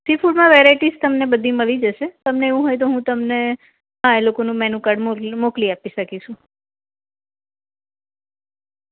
C ફૂડમાં varieties તમને બધી મળી જશે તમને એવું હોય તો હું તમને હા એ લોકોનું મેનુકાર્ડ મોકલી આપી શકીશું